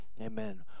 Amen